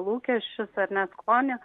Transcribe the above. lūkesčius ar net skonį